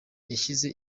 yashyize